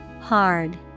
Hard